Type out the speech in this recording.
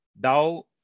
thou